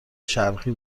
شرقی